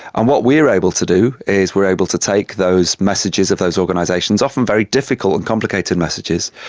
and what we are able to do is we are able to take those messages of those organisations, often very difficult and complicated messages,